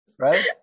Right